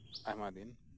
ᱟᱭᱢᱟ ᱫᱤᱱ